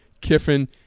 Kiffin